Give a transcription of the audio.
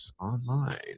online